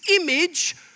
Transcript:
image